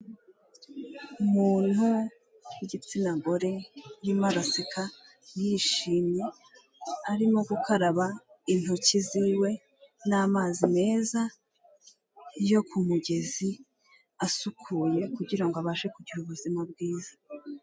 Umuntu w'igitsina gore arimo araseka yishimye, arimo gukaraba intoki ziwe n'amazi meza yo ku mugezi asukuye, kugira ngo abashe kugira ubuzima bwiza.